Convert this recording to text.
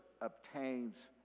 obtains